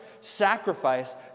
sacrifice